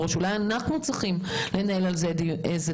אולי אנחנו צריכים לעשות זאת.